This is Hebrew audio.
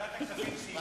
ועדת הכספים מסיימת.